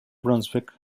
brunswick